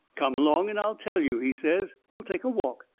come along and i'll tell you, he says. we'll take a walk,